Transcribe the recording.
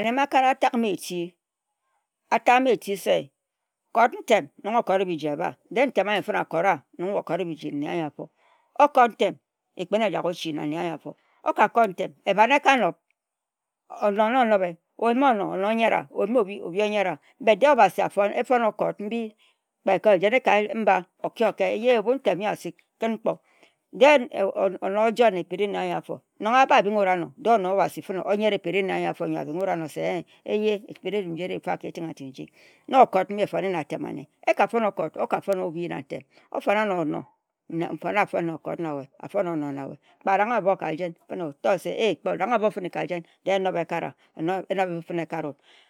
Anne ma atak gham eti, atan eti se kot ntem ne nung okofie biji eba. Dehe ntem ayo fenna akora akot biji ebhi nung we okot bijiebhe. Okot ntem nne okpin na nne anyo afo Ebhan ekanob. Onor na onorobe. Oyim onor, onor oyera oyim obhi obhi oyera. efum okot obhasi mbi ojenne ka mba, okei kei, otor se eyhe, obu se nne ntem asik kan nkpo. Dehe onor ojowe na ekpiri nne ayor afor. nong a ba bing wut am, dehe okot abi ojowe na abho. Fun okot na nne, nne ayo aki fun okot na we. Kpe oranghe abho ka jen, otor fenne se, kpe aranghe abho kajen dehe enob ekari ye.